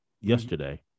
yesterday